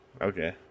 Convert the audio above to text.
okay